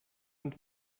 und